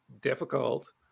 difficult